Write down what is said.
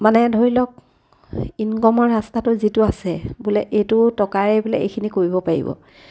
মানে ধৰি লওক ইনকমৰ ৰাস্তাটো যিটো আছে বোলে এইটো টকাৰেই বোলে এইখিনি কৰিব পাৰিব